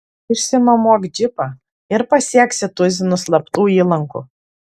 išsinuomok džipą ir pasieksi tuzinus slaptų įlankų